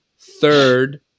third